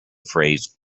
phrase